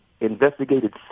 investigated